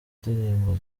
ndirimbo